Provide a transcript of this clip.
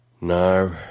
No